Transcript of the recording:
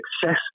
success